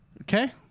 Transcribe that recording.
Okay